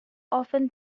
often